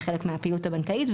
כחלק מהפעילות הבנקאית,